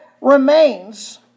remains